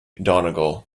donegal